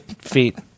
feet